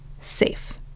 safe